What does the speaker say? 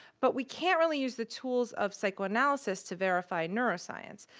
but we can't really use the tools of psychoanalysis to verify neuroscience.